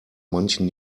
manchen